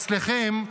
אצלכם,